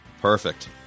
Perfect